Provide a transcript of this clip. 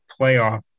playoff